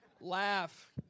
laugh